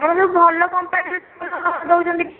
ଆପଣ ସବୁ ଭଲ କମ୍ପାନୀର ଚପଲ ଦେଉଛନ୍ତି ଟି